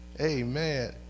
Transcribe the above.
Amen